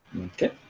Okay